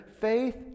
Faith